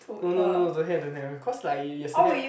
no no no don't have don't have cause like yesterday